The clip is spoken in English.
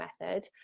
Method